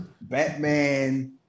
Batman